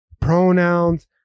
pronouns